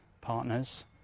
partners